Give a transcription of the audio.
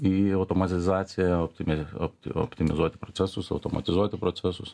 į automatizaciją optime opti optimizuoti procesus automatizuoti procesus